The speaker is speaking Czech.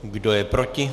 Kdo je proti?